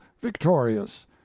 victorious